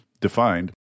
defined